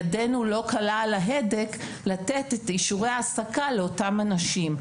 ידנו לא קלה על ההדק לתת את אישורי ההעסקה לאותם אנשים.